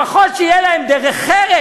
לפחות שיהיה להם דרך-ארץ.